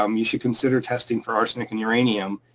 um you should consider testing for arsenic and uranium,